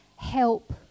help